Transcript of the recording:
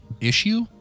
Issue